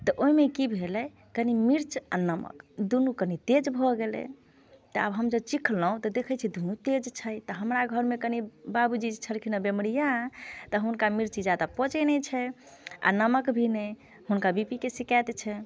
तऽ ओहिमे की भेलै कनि मिर्च आ नमक दुनू कनी तेज भऽ गेलै तऽ आब हम जे चिखलहुँ तऽ देखैत छी दुनू तेज छै तऽ हमरा घरमे कनी बाबूजी छलखिने बेमरिआह तऽ हुनका मिर्ची जादा पचैत नहि छै आ नमक भी नहि हुनका बी पी के सिकायत छै